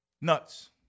Nuts